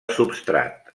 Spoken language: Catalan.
substrat